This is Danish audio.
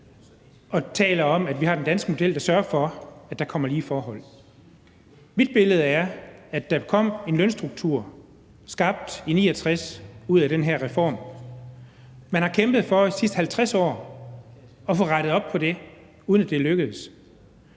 og taler om, at vi har den danske model, der sørger for, at der kommer lige forhold. Mit billede er, at der kom en lønstruktur skabt i 1969 ud af den her reform. Man har kæmpet for de sidste 50 år at få rettet op på det, uden at det er lykkedes.